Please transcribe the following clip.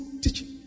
teaching